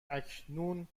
اکنون